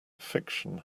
fiction